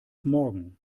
morgen